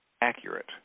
accurate